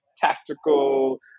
tactical